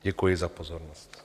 Děkuji za pozornost.